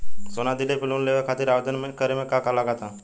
सोना दिहले पर लोन लेवे खातिर आवेदन करे म का का लगा तऽ?